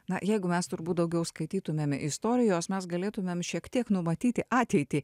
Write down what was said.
na jeigu mes turbūt daugiau skaitytumėme istorijos mes galėtumėm šiek tiek numatyti ateitį